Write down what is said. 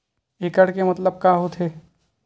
एकड़ के मतलब का होथे?